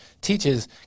teaches